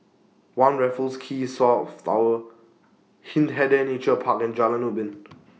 one Raffles Quay South Tower Hindhede Nature Park and Jalan Ubin